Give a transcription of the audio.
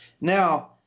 Now